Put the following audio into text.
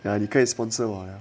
ya 你可以 sponsor 我呀